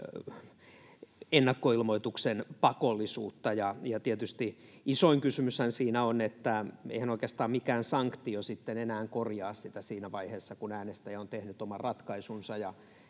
ennakkoilmoituksen pakollisuutta. Tietysti isoin kysymyshän siinä on, että eihän oikeastaan mikään sanktio sitten enää korjaa sitä siinä vaiheessa, kun äänestäjä on tehnyt oman ratkaisunsa